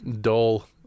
dull